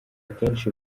akenshi